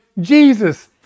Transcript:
Jesus